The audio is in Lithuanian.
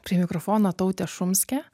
prie mikrofono tautė šumskė